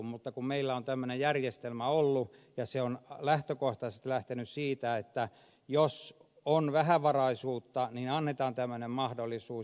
mutta meillä on tämmöinen järjestelmä ollut ja se on lähtökohtaisesti lähtenyt siitä että jos on vähävaraisuutta niin annetaan tämmöinen mahdollisuus